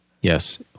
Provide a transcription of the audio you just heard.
yes